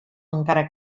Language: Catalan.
encara